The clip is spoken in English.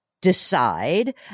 decide